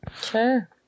Sure